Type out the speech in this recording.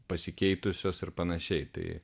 pasikeitusios ir panašiai tai